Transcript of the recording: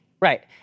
Right